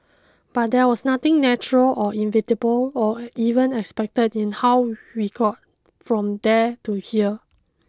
but there was nothing natural or inevitable or even expected in how we got from there to here